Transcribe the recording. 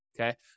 okay